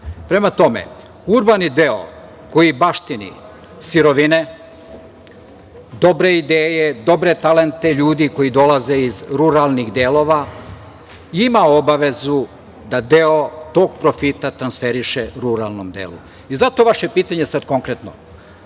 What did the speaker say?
tome, urbani deo koji baštini sirovine, dobre ideje, dobre talente ljudi, koji dolaze iz ruralnih delova, ima obavezu da deo tog profita transferiše u ruralni deo. Zato je vaše pitanje sada konkretno